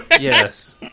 Yes